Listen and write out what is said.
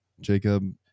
Jacob